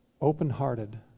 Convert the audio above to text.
open-hearted